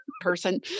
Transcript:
person